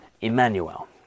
Emmanuel